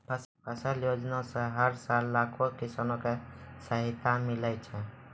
फसल योजना सॅ हर साल लाखों किसान कॅ सहायता मिलै छै